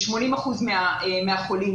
ב-80 אחוזים מהחולים,